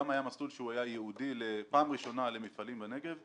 היה גם מסלול שהוא היה ייעודי פעם ראשונה למפעלים בנגב.